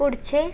पुढचे